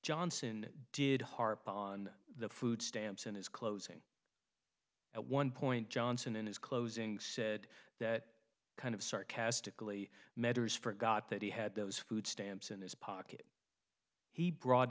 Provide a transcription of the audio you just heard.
johnson did harp on the food stamps in his closing at one point johnson in his closing said that kind of sarcastically medders forgot that he had those food stamps in his pocket he brought